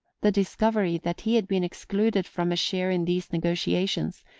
the discovery that he had been excluded from a share in these negotiations,